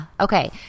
okay